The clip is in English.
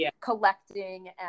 collecting